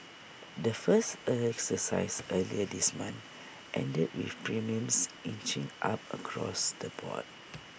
the first exercise earlier this month ended with premiums inching up across the board